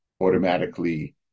automatically